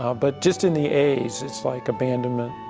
um but just in the a s, its like abandonment,